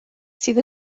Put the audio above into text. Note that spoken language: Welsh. sydd